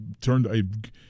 turned